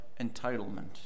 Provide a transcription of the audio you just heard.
entitlement